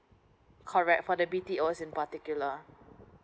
correct for the B_T_O in particular